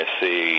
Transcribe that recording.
see